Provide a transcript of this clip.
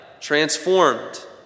transformed